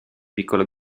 piccolo